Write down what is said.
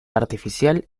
artificial